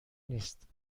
نیست